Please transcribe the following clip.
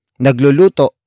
Nagluluto